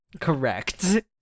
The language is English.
correct